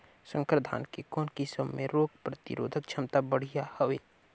संकर धान के कौन किसम मे रोग प्रतिरोधक क्षमता बढ़िया हवे?